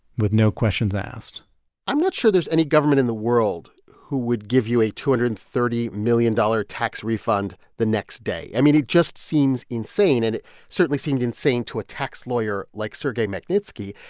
with no questions asked i'm not sure there's any government in the world who would give you a two hundred and thirty million dollars tax refund the next day. i mean, it just seems insane. and it certainly seemed insane to a tax lawyer like sergei magnitsky.